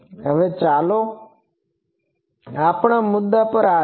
હવે ચાલો આપણા મુદ્દા પર આવીએ